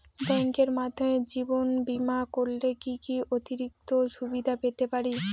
ব্যাংকের মাধ্যমে জীবন বীমা করলে কি কি অতিরিক্ত সুবিধে পেতে পারি?